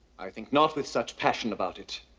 i think not with such passion about it.